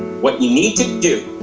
what you need to do,